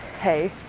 hey